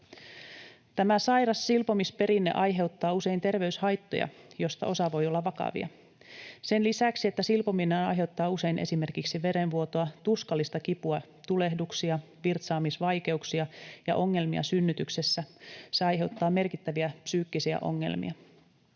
Tämä sairas silpomisperinne aiheuttaa usein terveyshaittoja, joista osa voi olla vakavia. Sen lisäksi, että silpominen aiheuttaa usein esimerkiksi verenvuotoa, tuskallista kipua, tulehduksia, virtsaamisvaikeuksia ja ongelmia synnytyksessä, se aiheuttaa merkittäviä psyykkisiä ongelmia.